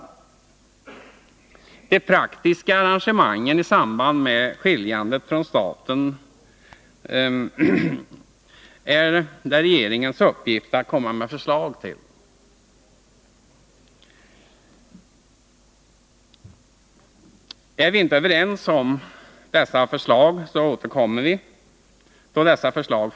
Beträffande de praktiska arrangemangen i samband med skiljandet från staten är det regeringens uppgift att komma med förslag. Kan vi inte ansluta oss till de förslagen när de föreligger, återkommer vi.